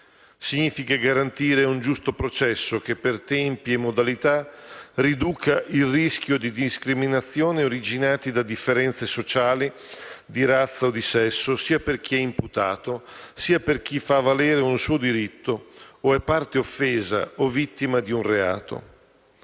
Significa garantire un giusto processo che, per tempi e modalità, riduca il rischio di discriminazioni originate da differenze sociali di razza o di sesso, sia per chi è imputato sia per chi fa valere un suo diritto o è parte offesa o vittima di un reato.